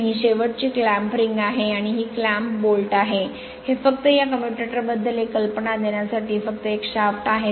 आणि ही शेवटची क्लॅम्प रिंग आहे आणि ही क्लॅम्प बोल्ट आहे हे फक्त या कम्युटेटर बद्दल एक कल्पना देण्यासाठी फक्त एक शाफ्ट आहे